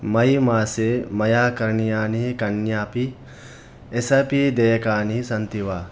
मै मासे मया करणीयानि कन्यापि एस् ऐ पी देयकानि सन्ति वा